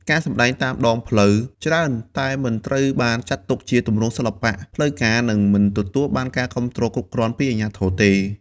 ការសម្ដែងតាមដងផ្លូវច្រើនតែមិនត្រូវបានចាត់ទុកជាទម្រង់សិល្បៈផ្លូវការ និងមិនទទួលបានការគាំទ្រគ្រប់គ្រាន់ពីអាជ្ញាធរទេ។